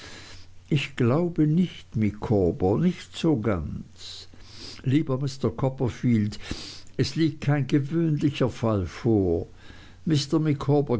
ich glaube nicht micawber nicht so ganz lieber mr copperfield es liegt kein gewöhnlicher fall vor